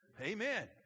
Amen